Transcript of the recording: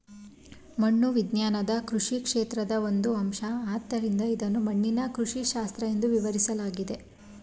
ಮಣ್ಣು ವಿಜ್ಞಾನ ಕೃಷಿ ಕ್ಷೇತ್ರದ ಒಂದು ಅಂಶ ಆದ್ದರಿಂದ ಇದನ್ನು ಮಣ್ಣಿನ ಕೃಷಿಶಾಸ್ತ್ರ ಎಂದೂ ವಿವರಿಸಲಾಗಿದೆ